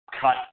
cut